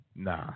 Nah